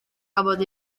gafodd